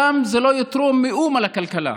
שם זה לא יתרום מאומה לכלכלה.